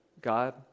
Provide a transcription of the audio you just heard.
God